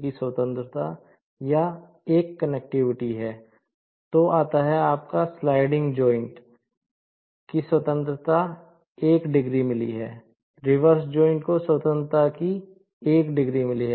की स्वतंत्रता है